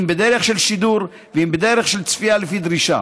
אם בדרך של שידור ואם בדרך של צפייה לפי דרישה.